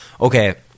okay